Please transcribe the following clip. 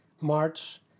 March